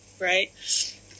right